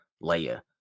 layer